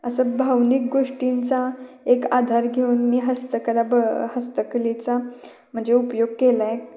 असं भावनिक गोष्टींचा एक आधार घेऊन मी हस्तकला ब हस्तकलेचा म्हणजे उपयोग केला आहे